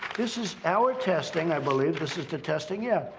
this is our testing, i believe. this is the testing, yeah.